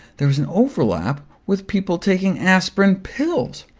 there was an overlap with people taking aspirin pills.